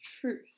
truth